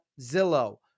Zillow